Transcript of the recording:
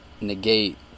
negate